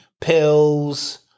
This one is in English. pills